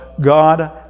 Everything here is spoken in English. God